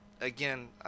again